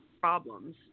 problems